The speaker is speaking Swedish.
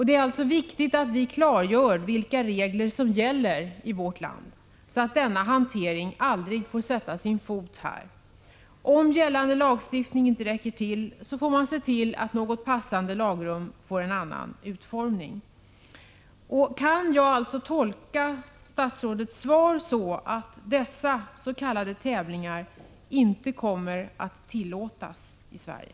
Det är alltså viktigt att det klargörs vilka regler som gäller i vårt land, så att denna hantering aldrig får förekomma här. Om gällande lagstiftning inte räcker måste man se till att något passande lagrum får en annan utformning. Kan jag alltså tolka statsrådets svar så att dessa s.k. tävlingar inte kommer att tillåtas i Sverige?